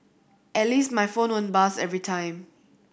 at least my phone won't buzz every time